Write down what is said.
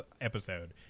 episode